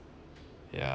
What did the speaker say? yeah